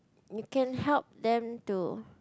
you can help them to